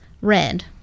Red